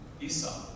Esau